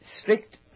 strict